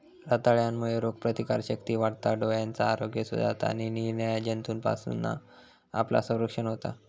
रताळ्यांमुळे रोगप्रतिकारशक्ती वाढता, डोळ्यांचा आरोग्य सुधारता आणि निरनिराळ्या रोगजंतूंपासना आपला संरक्षण होता